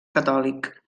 catòlic